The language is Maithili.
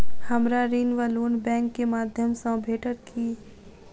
हमरा ऋण वा लोन बैंक केँ माध्यम सँ भेटत की?